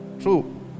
True